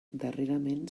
darrerament